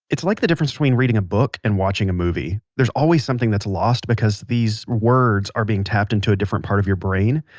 it's like the difference between reading a book and watching a movie. there's always something that's lost because these words are being tapped into a different part of your brain,